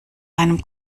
einem